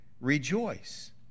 rejoice